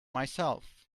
myself